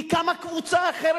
כי קמה קבוצה אחרת,